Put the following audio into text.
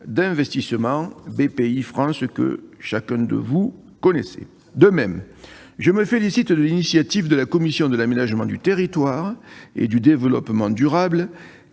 d'investissement, Bpifrance, que chacun de vous connaît, mes chers collègues. De même, je me félicite de l'initiative de la commission de l'aménagement du territoire et du développement durable,